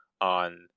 on